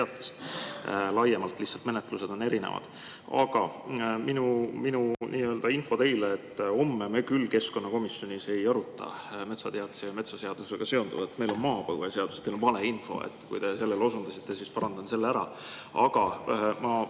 laiemalt, lihtsalt menetlused on erinevad. Aga minu info teile: homme me keskkonnakomisjonis küll ei aruta metsateatise ja metsaseadusega seonduvat. Meil on maapõueseadus. Teil on valeinfo. Kui te sellele osundasite, siis parandan selle ära. Aga ma